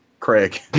Craig